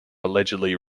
allegedly